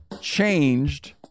changed